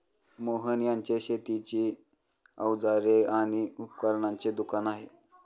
मोहन यांचे शेतीची अवजारे आणि उपकरणांचे दुकान आहे